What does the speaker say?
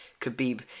Khabib